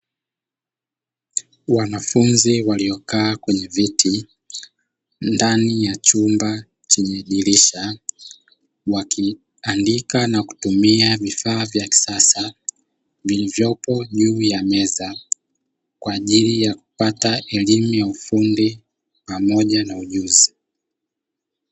Wanafunzi waliokaa kwenye viti ndani ya chumba chenye dirisha, wakiandika na kutumia vifaa vya kisasa vilivyopo juu ya meza, kwa ajili ya kupata elimu ya ufundi pamoja na ujuzi.